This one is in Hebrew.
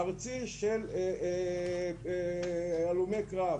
ארצי של הלומי קרב.